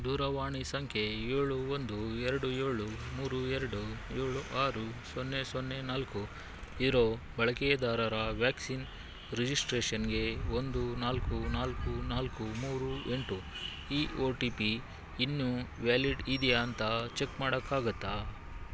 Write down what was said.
ದೂರವಾಣಿ ಸಂಖ್ಯೆ ಏಳು ಒಂದು ಎರಡು ಏಳು ಮೂರು ಎರಡು ಏಳು ಆರು ಸೊನ್ನೆ ಸೊನ್ನೆ ನಾಲ್ಕು ಇರೋ ಬಳಕೆದಾರರ ವ್ಯಾಕ್ಸಿನ್ ರಿಜಿಸ್ಟ್ರೇಷನ್ಗೆ ಒಂದು ನಾಲ್ಕು ನಾಲ್ಕು ನಾಲ್ಕು ಮೂರು ಎಂಟು ಈ ಒ ಟಿ ಪಿ ಇನ್ನೂ ವ್ಯಾಲಿಡ್ ಇದೆಯಾ ಅಂತ ಚೆಕ್ ಮಾಡೋಕ್ಕಾಗುತ್ತಾ